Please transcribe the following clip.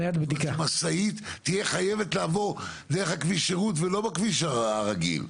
שמשאית תהיה חייבת לעבור דרך כביש שרות ולא בכביש הרגיל.